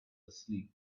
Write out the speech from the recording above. asleep